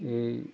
ओइ